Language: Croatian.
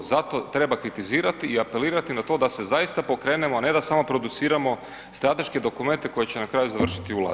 Zato treba kritizirati i apelirati na to da se zaista pokrenemo, a ne da samo produciramo strateške dokumente koji će na kraju završiti u ladici.